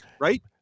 Right